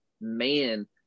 man